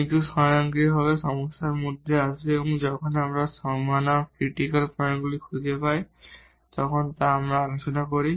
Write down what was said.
কিন্তু এটি স্বয়ংক্রিয়ভাবে সমস্যার মধ্যে আসবে এবং যখন আমরা বাউন্ডারি ক্রিটিকাল পয়েন্টগুলি খুঁজে পাই তখন আমরা আলোচনা করি